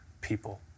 people